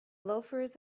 loafers